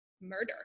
murder